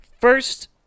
First